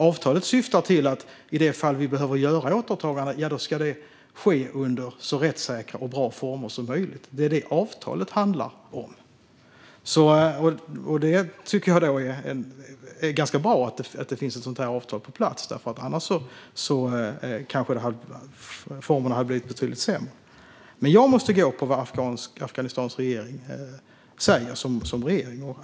Avtalet syftar till att i de fall vi behöver göra återtaganden ska dessa ske i så rättssäkra och bra former som möjligt. Det är det avtalet handlar om. Jag tycker att det är bra att det finns ett sådant avtal på plats. Annars kanske formerna hade blivit betydligt sämre. Jag måste dock gå på vad Afghanistans regering säger som regering.